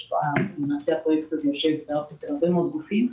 למעשה הפרויקט הזה יושב תחת הרבה מאוד גופים.